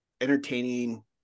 entertaining